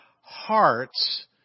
hearts